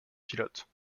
pilote